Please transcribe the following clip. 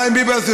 חיים ביבס,